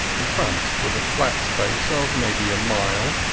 in front was a flat space of maybe a mile,